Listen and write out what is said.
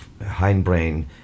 hindbrain